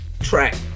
track